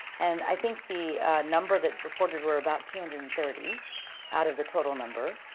and i think the number that reported were about two hundred and thirty out of the total number,